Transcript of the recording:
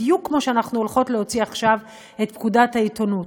בדיוק כמו שאנחנו הולכות להוציא עכשיו את פקודת העיתונות.